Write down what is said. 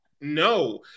no